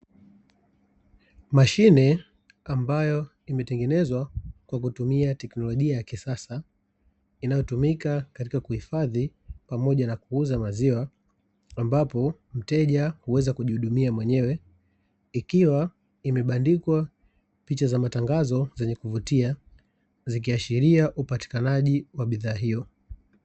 Mashine ambayo imetengenezwa kwa kutumia teknolojia ya kisasa, inayotumika katika kuhifadhi pamoja na kuuza maziwa. Ambapo mteja huweza kujihudumia mwenyewe. Ikiwa imebandikwa picha za matangazo zenye kuvutia, zikiashiria upatikanaji wa bidhaa hiyo.